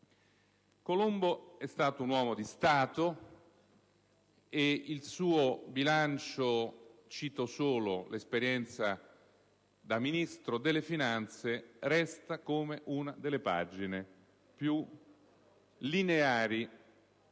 Colombo è stato un uomo di Stato e il suo bilancio - cito solo l'esperienza da Ministro delle finanze - resta come una delle pagine più lineari